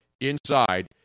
inside